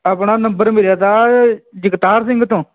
ਆਪਣਾ ਨੰਬਰ ਮਿਲਿਆ ਤਾ ਜਗਤਾਰ ਸਿੰਘ ਤੋਂ